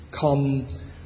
come